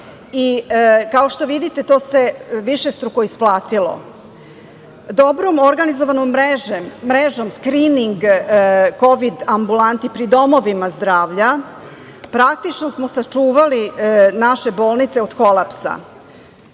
Kao što vidite, to se višestruko isplatilo. Dobro organizovanom mrežom skrining kovid ambulanti pri domovima zdravlja praktično smo sačuvali naše bolnice od kolapsa.